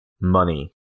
Money